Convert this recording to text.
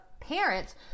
parents